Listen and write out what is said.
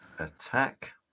attack